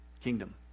kingdom